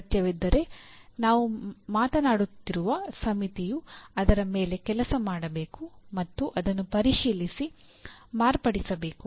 ಅಗತ್ಯವಿದ್ದರೆ ನಾವು ಮಾತನಾಡುತ್ತಿರುವ ಸಮಿತಿಯು ಅದರ ಮೇಲೆ ಕೆಲಸ ಮಾಡಬೇಕು ಮತ್ತು ಅದನ್ನು ಪರಿಶೀಲಿಸಿ ಮಾರ್ಪಡಿಸಬೇಕು